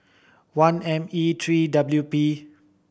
one M E three W P